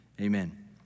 amen